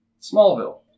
Smallville